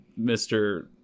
Mr